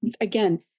again